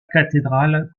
cathédrale